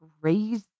crazy